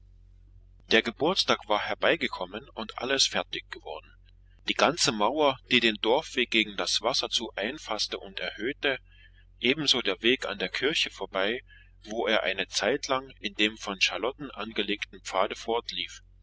der geburtstag war herbeigekommen und alles fertig geworden die ganze mauer die den dorfweg gegen das wasser zu einfaßte und erhöhte ebenso der weg an der kirche vorbei wo er eine zeitlang in dem von charlotten angelegten pfade